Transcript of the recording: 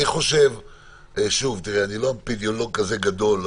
אני לא אפידמיולוג כזה גדול,